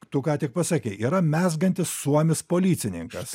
tu ką tik pasakei yra mezgantis suomis policininkas